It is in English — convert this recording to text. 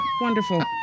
wonderful